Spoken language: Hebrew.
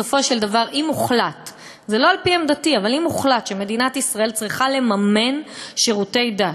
אבל בסופו של דבר אם הוחלט שמדינת ישראל צריכה לממן שירותי דת,